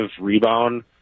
rebound